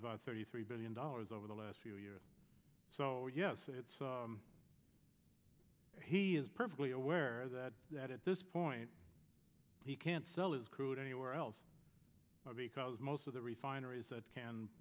about thirty three billion dollars over the last few years so yes he is perfectly aware that that at this point he can't sell his crude anywhere else because most of the refineries that can